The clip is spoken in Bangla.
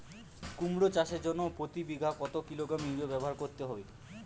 কুমড়ো চাষের জন্য প্রতি বিঘা কত কিলোগ্রাম ইউরিয়া ব্যবহার করতে হবে?